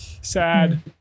Sad